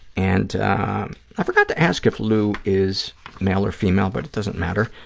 and i forgot to ask if lou is male or female, but it doesn't matter.